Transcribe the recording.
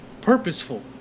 purposeful